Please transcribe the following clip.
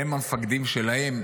הם המפקדים שלהם,